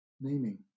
naming